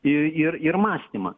ir ir ir mąstymą